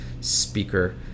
speaker